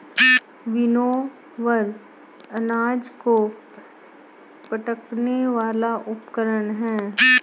winnower अनाज को फटकने वाला उपकरण है